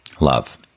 Love